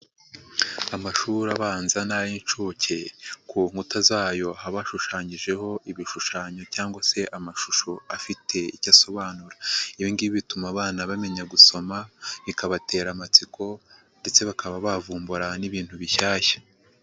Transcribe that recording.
Amashuri abanza n'ay'inshuke ku nkuta zayo haba hashushanyijeho ibishushanyo cyangwa se amashusho afite icyo asobanura, iyo ngibi bituma abana bamenya gusoma bikabatera amatsiko ndetse bakaba bavumbura n'ibintu bishyashya.